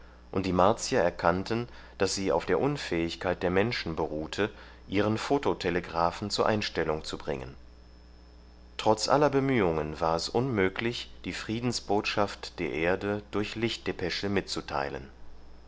und die martier erkannten daß sie auf der unfähigkeit der menschen beruhte ihren phototelegraphen zur einstellung zu bringen trotz aller bemühungen war es unmöglich die friedensbotschaft der erde durch lichtdepesche mitzuteilen